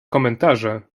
komentarze